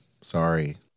sorry